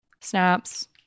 Snaps